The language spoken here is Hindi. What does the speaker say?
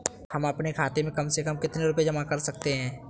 हम अपने खाते में कम से कम कितने रुपये तक जमा कर सकते हैं?